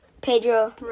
Pedro